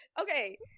okay